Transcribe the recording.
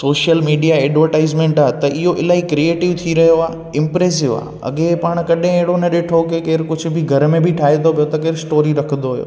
social media advertisement आहे त इहो इलाही क्रिएटिव थी रहियो आहे इम्प्रेसिव आहे अॻे पाण कॾहिं अहिड़ो न ॾिठो की केरु कुझु बि घर में बि ठाहे थो पियो त स्टोरी रखंदो हुओ